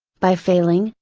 by failing,